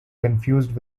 confused